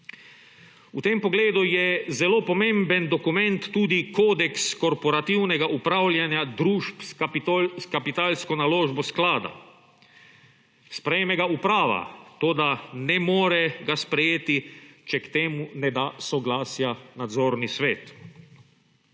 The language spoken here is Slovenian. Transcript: V tem pogledu je zelo pomemben dokument tudi kodeks korporativnega upravljanja družb s kapitalsko naložbo sklada. Sprejme ga uprava, toda ne more ga sprejeti, če k temu ne da soglasja nadzorni svet.